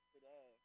Today